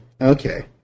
Okay